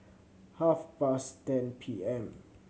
half past ten P M